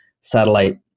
satellite